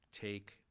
take